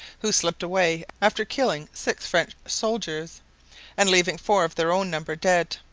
who slipped away after killing six french soldiers and leaving four of their own number dead.